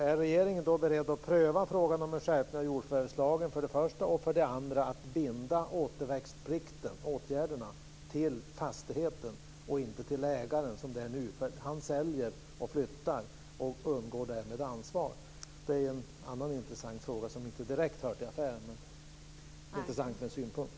Är regeringen beredd att för det första pröva frågan om en skärpning av jordförvärvslagen och att för det andra binda återväxtplikten och åtgärderna till fastigheten och inte till ägaren, som det är nu? Ägaren säljer nämligen och flyttar, och undgår därmed ansvar. Detta är en annan intressant fråga, som inte direkt hör till affären. Men det kan vara intressant med en synpunkt.